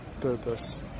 purpose